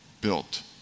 built